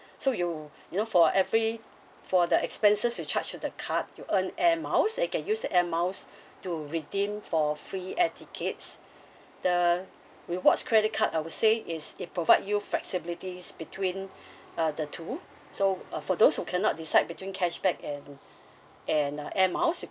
so you you know for every for the expenses you charge to the card you earn air miles and can use air miles to redeem for free air tickets the rewards credit card I would say is it provide you flexibilities between uh the two so uh for those who cannot decide between cashback and and uh air miles you